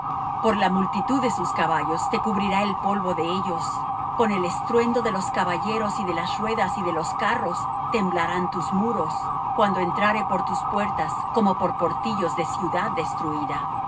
por la multitud de sus caballos te cubrirá el polvo de ellos con el estruendo de los caballeros y de las ruedas y de los carros temblarán tus muros cuando entrare por tus puertas como por portillos de ciudad destruída